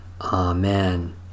Amen